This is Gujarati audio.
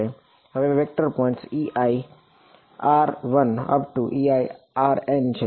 હવે વેક્ટર પોઇન્ટ્સ Eir1EirN છે